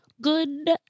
Good